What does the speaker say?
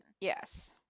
Yes